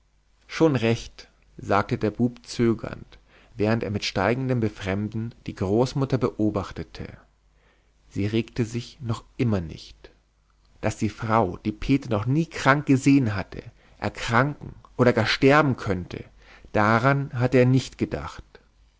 schon recht sagte der bub zögernd während er mit steigendem befremden die großmutter beobachtete sie regte sich noch immer nicht daß die frau die peter noch nie krank gesehen hatte erkranken oder gar sterben könnte daran hatte er nicht gedacht